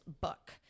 book